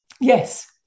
Yes